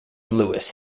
lewis